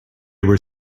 were